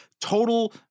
total